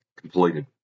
completed